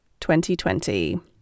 2020